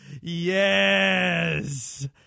Yes